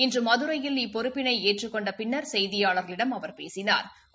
இன்று மதுரையில் இப்பொறுப்பினை ஏற்றுக் கொண்ட பின்னர் செய்தியாளர்களிடம் அவர் பேசினாா்